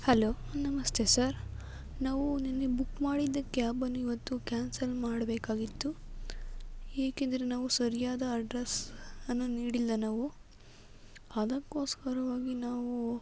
hello ನಮಸ್ತೆ sir ನಾವು ನಿನ್ನೆ ಬುಕ್ ಮಾಡಿದ್ದ ಕ್ಯಾಬನ್ನು ಇವತ್ತು ಕ್ಯಾನ್ಸಲ್ ಮಾಡಬೇಕಾಗಿತ್ತು ಏಕೆಂದರೆ ನಾವು ಸರಿಯಾದ ಅಡ್ರೆಸ್ಸನ್ನು ನೀಡಿಲ್ಲ ನಾವು ಅದಕ್ಕೋಸ್ಕರವಾಗಿ ನಾವು